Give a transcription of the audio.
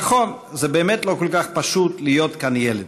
נכון, זה באמת לא כל כך פשוט להיות כאן ילד.